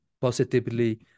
positively